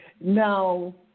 Now